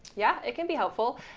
yeah, it can be helpful.